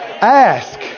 Ask